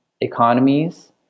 economies